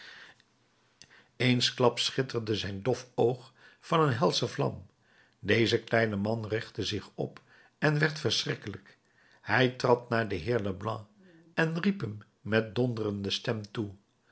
eensklaps schitterde zijn dof oog van een helsche vlam deze kleine man richtte zich op en werd verschrikkelijk hij trad naar den heer leblanc en riep hem met donderende stem toe